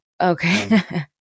okay